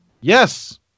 Yes